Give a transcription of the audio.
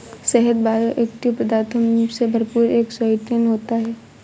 शहद बायोएक्टिव पदार्थों से भरपूर एक स्वीटनर होता है